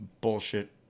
bullshit